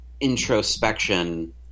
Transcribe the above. introspection